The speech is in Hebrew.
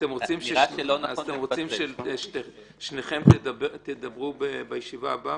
אתם רוצים ששניכם תדברו בישיבה הבאה?